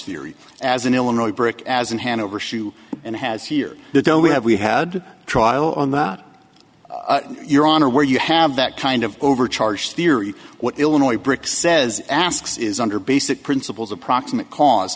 theory as an illinois brick as in hanover shoe and has here the don't have we had trial on that your honor where you have that kind of overcharge theory what illinois brick says asks is under basic principles of proximate cause